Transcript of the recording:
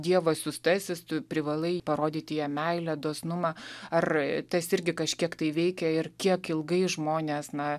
dievo siųstasis tu privalai parodyti jam meilę dosnumą ar tas irgi kažkiek tai veikė ir kiek ilgai žmonės na